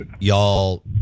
y'all